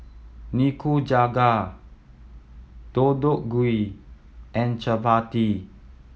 Nikujaga Deodeok Gui and Chapati